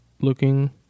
looking